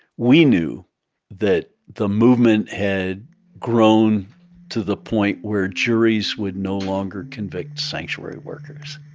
we knew that the movement had grown to the point where juries would no longer convict sanctuary workers